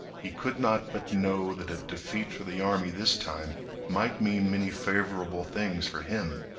he could not but know that a defeat for the army this time might mean many favorable things for him.